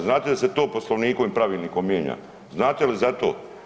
Znate da se to poslovnikom i pravilnikom mijenja, znate li za to?